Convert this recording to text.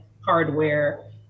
hardware